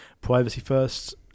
privacy-first